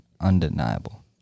undeniable